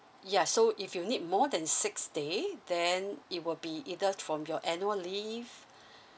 ya so if you need more than six day then it will be either from your annual leave